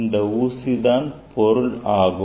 இந்த ஊசி தான் பொருளாகும்